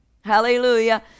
hallelujah